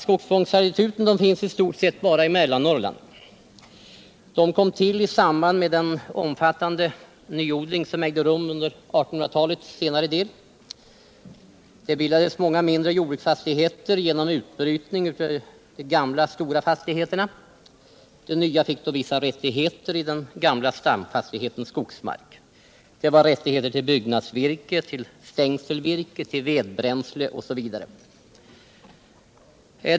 Skogsfångsservituten finns i stort sett bara i Mellannorrland. De kom till i samband med den omfattande nyodling som ägde rum under 1800-talets senare del. Många mindre jordbruksfastigheter bildades genom utbrytning ur de gamla stora fastigheterna. De nya fick då vissa rättigheter i den gamla stamfastighetens skogsmark. Det var rätt till byggnadsvirke, stängselvirke, vedbränsle osv.